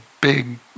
big